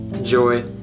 Joy